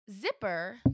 zipper